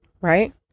right